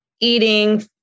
eating